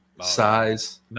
size